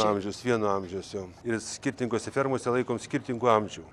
amžiaus vieno amžiaus jau ir skirtingose fermose laikom skirtingų amžių